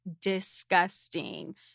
Disgusting